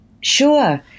Sure